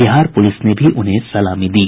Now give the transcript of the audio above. Bihar police ने भी उन्हें सलामी दी